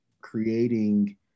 creating